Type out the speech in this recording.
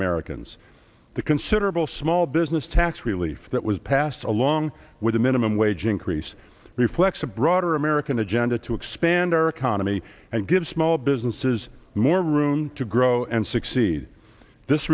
americans the considerable small business tax relief that was passed along with a minimum wage increase reflects a broader american agenda to expand our economy and give small businesses more room to grow and succeed this